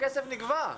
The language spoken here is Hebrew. הכסף נגבה.